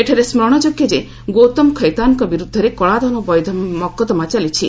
ଏଠାରେ ସ୍କରଣ ଯୋଗ୍ୟ ଯେ ଗୌତମ ଖୈତାନଙ୍କ ବିରୁଦ୍ଧରେ କଳାଧନ ବୈଧ ମୋକଦ୍ଦମା ଚାଲିଛି